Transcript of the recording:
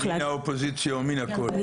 היה כאן דיון מאוד סוער, והביקורת בו התקבלה.